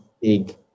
big